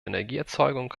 energieerzeugung